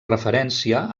referència